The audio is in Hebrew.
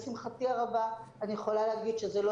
לשמחתי הרבה אני יכולה להגיד שזה לא